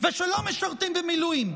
ושלא משרתים במילואים.